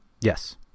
Yes